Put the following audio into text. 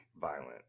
violent